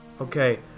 Okay